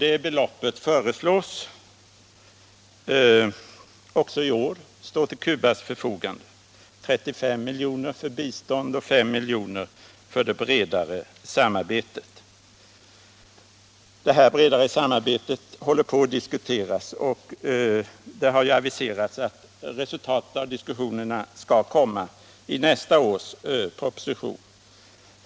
Det beloppet föreslås också i år stå till Cubas förfogande — 35 miljoner för bistånd och 5 miljoner för det bredare samarbetet. Detta bredare samarbete håller man på att diskutera och resultatet av diskussionerna har aviserats skola redovisas till nästa års proposition.